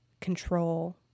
control